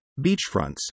beachfronts